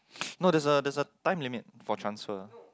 no there's a there's a time limit for transfer